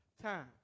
Time